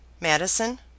Madison